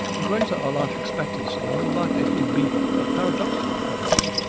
the greater our life expectancy the more likely it will be that, paradoxically perhaps,